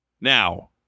Now